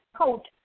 coach